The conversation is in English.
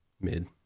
Mid